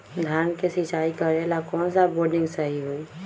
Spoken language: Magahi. धान के सिचाई करे ला कौन सा बोर्डिंग सही होई?